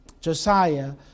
Josiah